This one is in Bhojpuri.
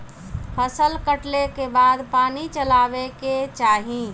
फसल कटले के बाद पानी चलावे के चाही